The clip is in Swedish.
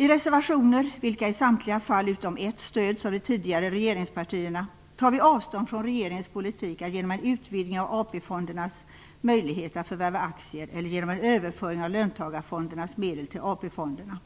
I reservationerna, vilka i samtliga fall utom ett stöds av de tidigare regeringspartierna, tar vi avstånd från regeringens politik - att genom en utvidgning av AP-fondernas möjlighet att förvärva aktier eller genom en överföring av löntagarfondernas medel till AP-fonderna.